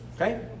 Okay